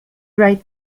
right